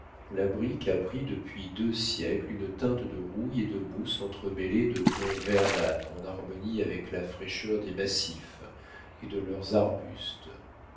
la brique a pris depuis deux siècles une teinte de rouille et de mousse entremêlée de tons verdâtres en harmonie avec la fraîcheur des massifs et de leurs arbustes